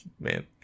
Man